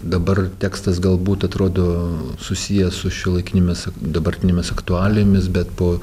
dabar tekstas galbūt atrodo susijęs su šiuolaikinėmis dabartinėmis aktualijomis bet po